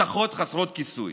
יש רק הבטחות חסרות כיסוי.